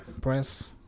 press